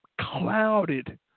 clouded